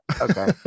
Okay